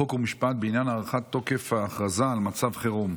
חוק ומשפט בעניין הארכת תוקף ההכרזה על מצב חירום.